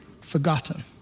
forgotten